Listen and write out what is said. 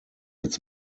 its